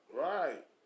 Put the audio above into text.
Right